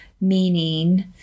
meaning